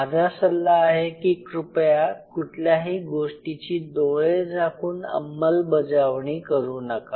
माझा सल्ला आहे की कृपया कुठल्याही गोष्टीची डोळे झाकून अंमलबजावणी करू नका